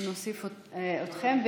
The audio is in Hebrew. נוסיף אתכם.